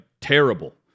terrible